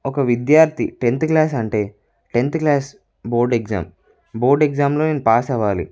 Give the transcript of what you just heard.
ఒక విద్యార్థి tenth class అంటే tenth class board exam board ఎగ్జాంలో నేను పాస్ అవ్వాలి